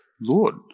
Lord